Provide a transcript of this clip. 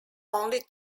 only